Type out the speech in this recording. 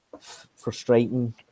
frustrating